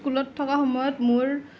স্কুলত থকা সময়ত মোৰ